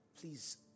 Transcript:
Please